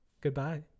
goodbye